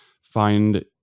find